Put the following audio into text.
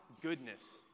goodness